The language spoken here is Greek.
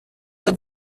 τον